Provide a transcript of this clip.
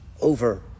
over